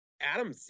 Adam